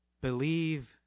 Believe